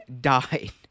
died